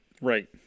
Right